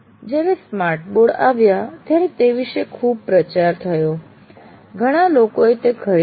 જ્યારે smart board આવ્યા ત્યારે તે વિષે ખૂબ પ્રચાર થયો ઘણા લોકોએ તે ખરીદ્યા